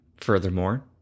Furthermore